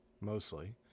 mostly